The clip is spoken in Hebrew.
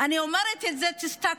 אני אומרת את זה, תסתכלו.